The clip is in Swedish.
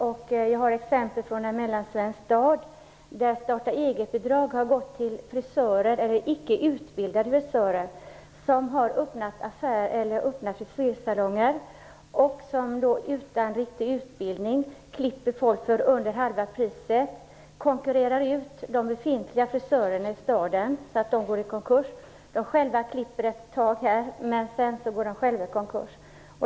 Jag har ett exempel från en mellansvensk stad där starta-egetbidrag har gått till icke utbildade frisörer som har öppnat affär eller frisersalong och som utan riktig utbildning klipper folk för under halva priset och konkurrerar ut de befintliga frisörerna i staden så att de går i konkurs. De konkurrerar ut de befintliga frisörerna i staden så att de går i konkurs. Därefter klipper de ett tag, men sedan går de själva i konkurs.